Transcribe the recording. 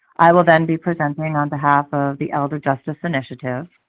i will then be presenting on behalf of the elder justice initiative.